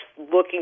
looking